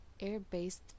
air-based